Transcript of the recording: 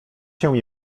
się